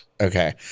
Okay